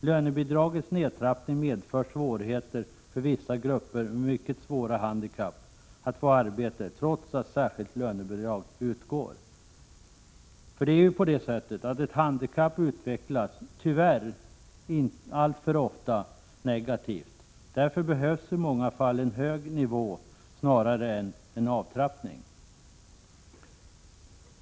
Lönebidragets nedtrappning medför svårigheter för vissa grupper med mycket svåra handikapp att få arbete trots att särskilt lönebidrag utgår. Ett handikapp utvecklas tyvärr alltför ofta negativt. Därför behövs i många fall en högre nivå snarare än en avtrappning.